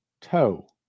toe